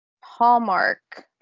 Hallmark